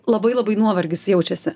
labai labai nuovargis jaučiasi